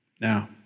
Now